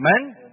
Amen